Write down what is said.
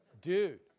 Dude